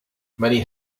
many